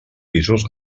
pisos